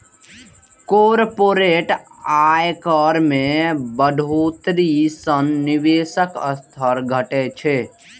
corporate आयकर मे बढ़ोतरी सं निवेशक स्तर घटै छै